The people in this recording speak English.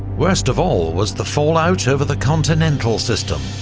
worst of all, was the fallout over the continental system,